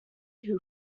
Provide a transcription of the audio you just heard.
who